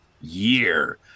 year